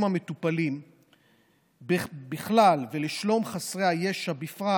המטופלים בכלל ולשלום חסרי הישע בפרט,